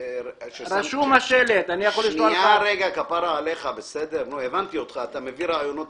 הצו מדבר אך ורק על חברות הגז ועל האחריות שלהם.